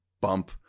bump